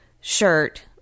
shirt